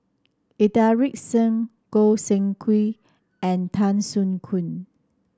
Inderjit Singh Goi Seng Hui and Tan Soo Khoon